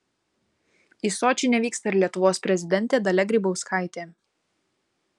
į sočį nevyksta ir lietuvos prezidentė dalia grybauskaitė